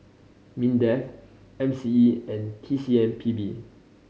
MINDEF M C E and T C M P B